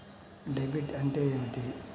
Debit అంటే ఏమిటి?